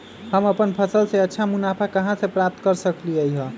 हम अपन फसल से अच्छा मुनाफा कहाँ से प्राप्त कर सकलियै ह?